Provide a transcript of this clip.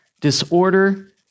disorder